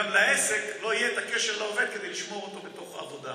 גם לעסק לא יהיה את הקשר לעובד כדי לשמור אותו בתוך העבודה.